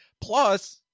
plus